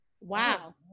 Wow